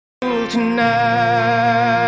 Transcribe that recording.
Tonight